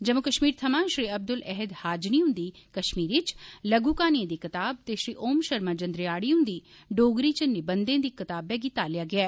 जम्मू कश्मीर थमां श्री अब्दुल अहद हाजनी हुन्दी कश्मीरी च लघु कहानिएं दी कताब ते श्री ओम शर्मा जंदरेयाड़ी हुन्दी डोगरी च निबन्धें दी कताबै गी तालेया गेआ